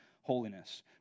holiness